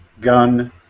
Gun